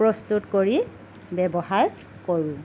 প্ৰস্তুত কৰি ব্য়ৱহাৰ কৰোঁ